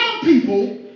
people